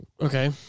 Okay